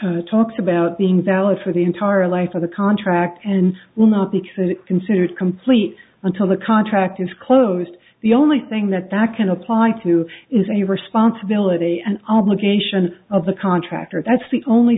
which talks about being valid for the entire life of the contract and will not be through it considered complete until the contract is closed the only thing that that can apply to is a responsibility and obligation of the contractor that's the only